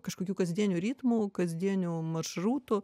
kažkokių kasdienių ritmų kasdienių maršrutų